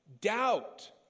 doubt